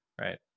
right